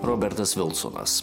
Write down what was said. robertas vilsonas